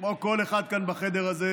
כמו כל אחד כאן בחדר הזה,